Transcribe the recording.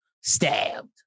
stabbed